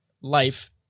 life